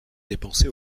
dépenser